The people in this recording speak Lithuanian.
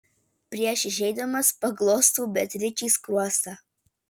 prieš išeidamas paglostau beatričei skruostą